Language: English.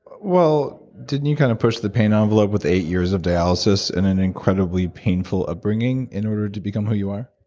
well, didn't you kind of push the pain envelope with eight years of dialysis and an incredibly painful upbringing in order to become who you are?